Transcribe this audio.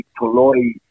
Toloi